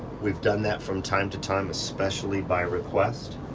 we've done that from time to time, especially by request.